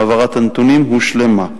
העברת הנתונים הושלמה.